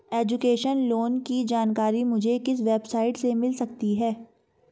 Education loan की जानकारी मुझे किस वेबसाइट से मिल सकती है?